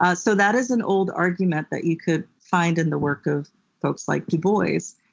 ah so that is an old argument that you could find in the work of folks like dubois,